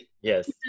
Yes